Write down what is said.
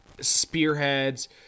spearheads